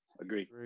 agree